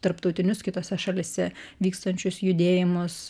tarptautinius kitose šalyse vykstančius judėjimus